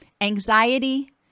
anxiety